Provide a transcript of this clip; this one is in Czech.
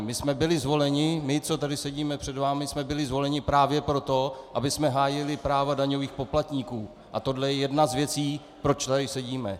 My jsme byli zvoleni, my, co tady sedíme před vámi, jsme byli zvoleni právě proto, abychom hájili práva daňových poplatníků, a toto je jedna z věcí, proč tady sedíme.